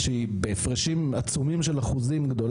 שהיא גדולה יותר בהפרשים עצומים של אחוזים.